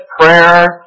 prayer